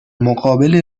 مقابل